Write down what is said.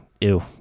ew